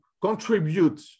contribute